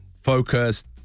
focused